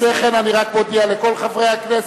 לפני כן, אני רק מודיע לכל חברי הכנסת,